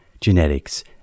genetics